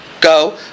go